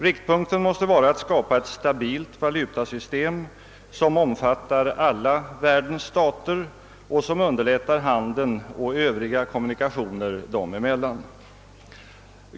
Riktpunkten måste vara att skapa ett stabilt valutasystem, som omfattar alla världens stater och som underlättar handeln och övriga kommunikationer dem emellan.